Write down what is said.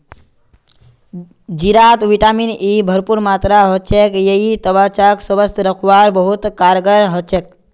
जीरात vitamin E भरपूर मात्रात ह छेक यई त्वचाक स्वस्थ रखवात बहुत कारगर ह छेक